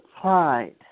pride